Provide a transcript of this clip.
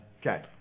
Okay